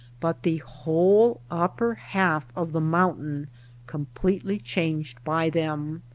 but the whole upper half of the mountain completely changed by them.